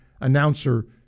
announcer